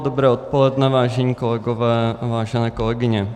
Dobré odpoledne, vážení kolegové a vážené kolegyně.